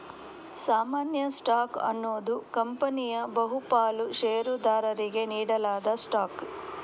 ಸಾಮಾನ್ಯ ಸ್ಟಾಕ್ ಅನ್ನುದು ಕಂಪನಿಯ ಬಹು ಪಾಲು ಷೇರುದಾರರಿಗೆ ನೀಡಲಾದ ಸ್ಟಾಕ್